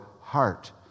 heart